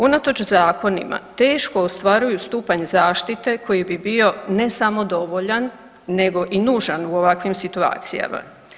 Unatoč zakonima teško ostvaruju stupanj zaštite koji bi bio ne samo dovoljan nego i nužan u ovakvim situacijama.